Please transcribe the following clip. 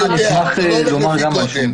אני יודע, זה לא הולך לפי גודל.